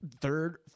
third